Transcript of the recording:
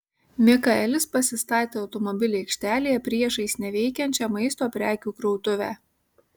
mikaelis pasistatė automobilį aikštelėje priešais neveikiančią maisto prekių krautuvę